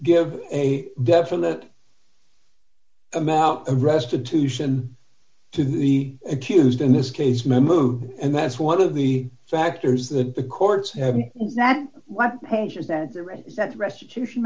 give a definite amount of restitution to the accused in this case mehmood and that's one of the factors that the courts have not and what is that is that restitution